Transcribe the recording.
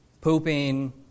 pooping